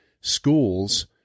schools